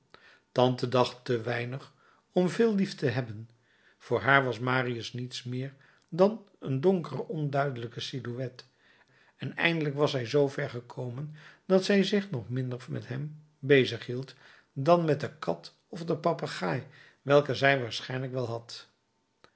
tante dacht te weinig om veel lief te hebben voor haar was marius niets meer dan een donkere onduidelijke silhouet en eindelijk was zij zoover gekomen dat zij zich nog minder met hem bezig hield dan met de kat of de papegaai welke zij waarschijnlijk wel had